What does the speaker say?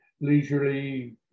leisurely